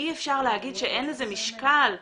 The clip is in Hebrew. אי אפשר להגיד שאין לזה משקל.